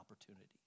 opportunity